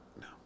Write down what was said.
No